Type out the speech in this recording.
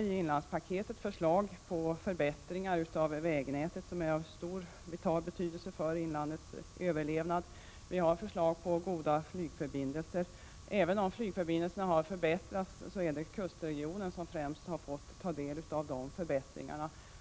I inlandspaketet har vi föreslagit förbättringar av vägnätet som är av vital betydelse för inlandets överlevnad. Vi har också förslag som gäller förbättrade flygförbindelser. Flygförbindelserna har visserligen förbättrats, men dessa förbättringar har mest kommit dem som bor i kustregionen till del.